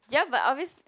ya but obvious